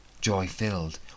Joy-filled